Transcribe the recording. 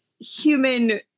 human